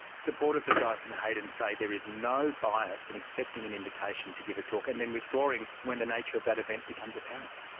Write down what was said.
supporters of dyson heydon say there is no bias in accepting an invitation to give a talk and then withdrawing when the nature of that event becomes apparent.